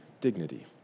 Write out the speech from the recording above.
dignity